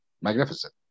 magnificent